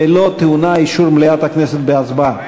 ואינה טעונה אישור מליאת הכנסת בהצבעה.